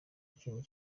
kintu